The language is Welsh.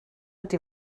ydy